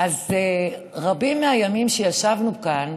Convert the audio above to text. רבים מהימים שישבנו כאן